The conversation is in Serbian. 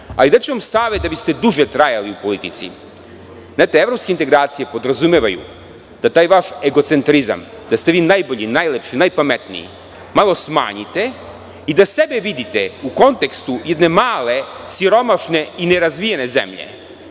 ali daću vam savet da biste duže trajali u politici. Znate evropske integracije podrazumevaju da taj vaš egocentrizam, da ste vi najbolji, najlepši, najpametniji malo smanjite i da sebe vidite u kontekstu jedne male, siromašne i nerazvijene zemlje